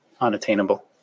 unattainable